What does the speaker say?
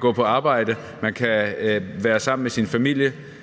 gå på arbejde, man kan være sammen med sin familie